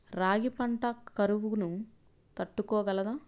రాగి పంట కరువును తట్టుకోగలదా?